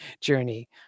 journey